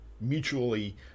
mutually